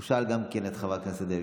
הוא שאל גם את חברת הכנסת ביטון,